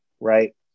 right